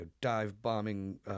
dive-bombing